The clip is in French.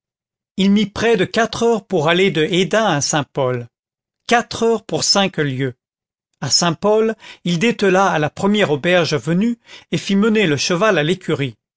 il mit près de quatre heures pour aller de hesdin à saint-pol quatre heures pour cinq lieues à saint-pol il détela à la première auberge venue et fit mener le cheval à l'écurie